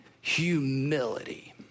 humility